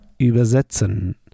übersetzen